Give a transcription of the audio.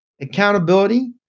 accountability